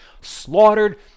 slaughtered